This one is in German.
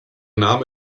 name